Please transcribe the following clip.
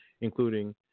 including